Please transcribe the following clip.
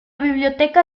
biblioteca